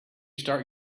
start